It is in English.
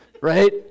right